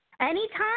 Anytime